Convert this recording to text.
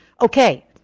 Okay